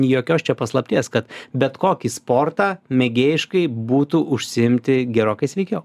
jokios čia paslapties kad bet kokį sportą mėgėjiškai būtų užsiimti gerokai sveikiau